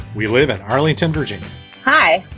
we live in arlington, virginia hi,